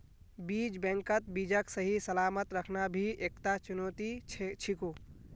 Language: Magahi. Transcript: बीज बैंकत बीजक सही सलामत रखना भी एकता चुनौती छिको